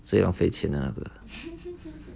最浪费钱的那个